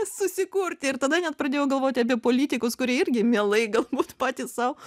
susikurti ir tada net pradėjau galvoti apie politikus kurie irgi mielai galbūt patys sau